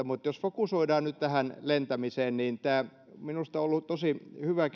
mutta jos fokusoidaan nyt tähän lentämiseen niin minusta tämä on ollut tosi hyvä